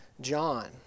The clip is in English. John